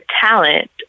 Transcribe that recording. talent